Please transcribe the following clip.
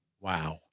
Wow